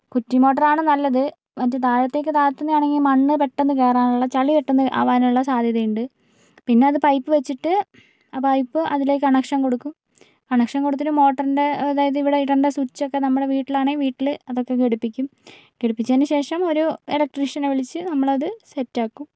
കുറ്റിമോട്ടറാണ് നല്ലത് മറ്റേ താഴത്തേക്കു താത്തുന്നതാണെങ്കിൽ മണ്ണ് പെട്ടെന്ന് കേറാനുള്ള ചളി പെട്ടെന്ന് ആവാനുള്ള സാധ്യതയുണ്ട് പിന്നെ അത് പൈപ്പ് വെച്ചിട്ടു ആ പൈപ്പ് അതിലേക്കു കണക്ഷൻ കൊടുക്കും കണക്ഷൻ കൊടുത്തിട്ട് മോട്ടറിൻ്റെ അതായത് ഇവിടെ ഇടേണ്ട സ്വിച്ചൊക്കെ നമ്മടെ വീട്ടിലാണേൽ വീട്ടില് അതൊക്കെ ഘടിപ്പിക്കും ഘടിപ്പിച്ചേനു ശേഷം ഒരു എലക്ട്രിഷ്യനെ വിളിച്ച് നമ്മൾ അത് സെറ്റാക്കും